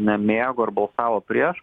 nemėgo ir balsavo prieš